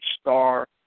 star